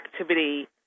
activity